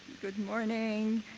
good morning.